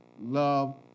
love